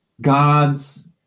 God's